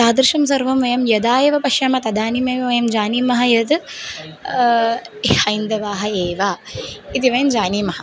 तादृशं सर्वं वयं यदा एव पश्यामः तदानीमेव वयं जानीमः यद् हैन्दवाः एव इति वयं जानीमः